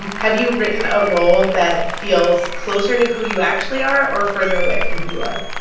have you written a role that feels closer to who you actually are or further away from who you are?